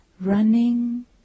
Running